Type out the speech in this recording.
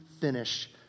finish